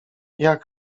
jak